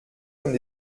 comme